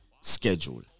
schedule